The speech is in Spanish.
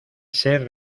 ser